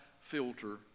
filter